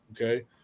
okay